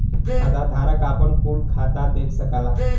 खाताधारक आपन कुल खाता देख सकला